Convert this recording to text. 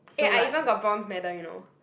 eh I even got bronze medal you know